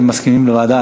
אתם מסכימים לוועדה?